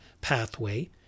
pathway